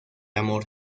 amor